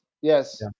yes